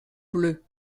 bleu